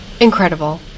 Incredible